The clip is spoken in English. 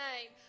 name